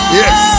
yes